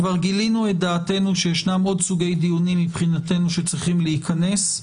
גילינו דעתנו שיש עוד סוגי דיונים מבחינתנו שצריכים להיכנס.